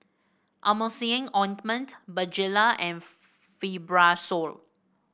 Emulsying Ointment Bonjela and Fibrosol